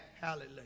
Hallelujah